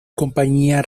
compañía